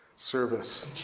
Service